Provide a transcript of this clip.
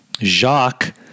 Jacques